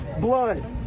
blood